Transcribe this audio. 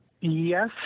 Yes